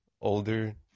older